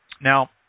Now